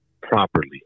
properly